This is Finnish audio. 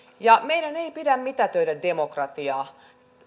meidän ei pidä mitätöidä demokratiaa